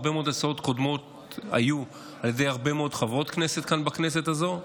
הרבה מאוד הצעות קודמות היו על ידי הרבה מאוד חברות כנסת כאן בכנסת הזו,